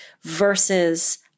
Versus